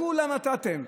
לכולם נתתם,